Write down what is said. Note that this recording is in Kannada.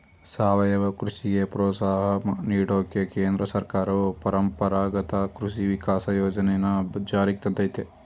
ಸಾವಯವ ಕೃಷಿಗೆ ಪ್ರೋತ್ಸಾಹ ನೀಡೋಕೆ ಕೇಂದ್ರ ಸರ್ಕಾರವು ಪರಂಪರಾಗತ ಕೃಷಿ ವಿಕಾಸ ಯೋಜನೆನ ಜಾರಿಗ್ ತಂದಯ್ತೆ